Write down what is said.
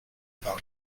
about